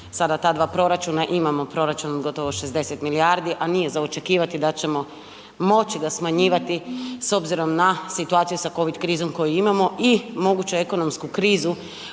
ta dva proračuna imamo proračun gotovo 60 milijardi, a nije za očekivati da ćemo moći ga smanjivati s obzirom na situaciju sa covid krizom koju imamo i moguću ekonomsku krizu